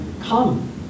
come